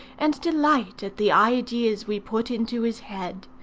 and delight at the ideas we put into his head.